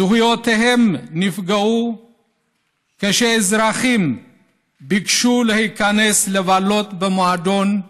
זכויותיהם נפגעו כשהם ביקשו להיכנס לבלות במועדון,